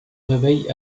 réveille